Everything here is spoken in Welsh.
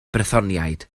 brythoniaid